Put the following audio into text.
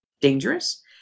dangerous